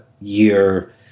year